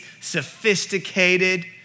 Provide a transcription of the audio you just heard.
sophisticated